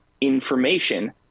information